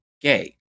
gay